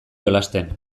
jolasten